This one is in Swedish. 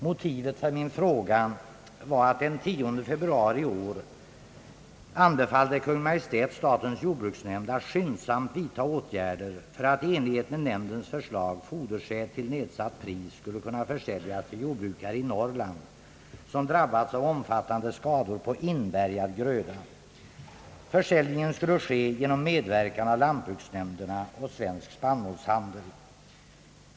Motivet för min fråga var att Kungl. Maj:t den 10 februari i år anbefallde statens jordbruksnämnd att skyndsamt vidta åtgärder för att i enlighet med nämndens förslag fodersäd till nedsatt pris skulle kunna försäljas till jordbrukare i Norrland, som drabbats av omfattande skador på inbärgad gröda. Försäljningen skulle ske genom medverkan av lantbruksnämnderna och Svensk spannmålshandel.